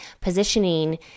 positioning